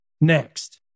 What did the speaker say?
Next